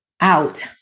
out